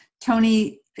Tony